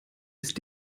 ist